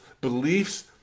beliefs